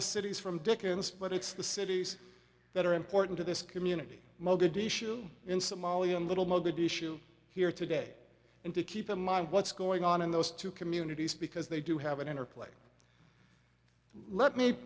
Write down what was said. the cities from dickens but it's the cities that are important to this community mogadishu in somalia a little mogadishu here today and to keep in mind what's going on in those two communities because they do have an interplay let me